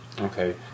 Okay